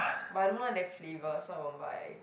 but I don't want that flavour so I won't buy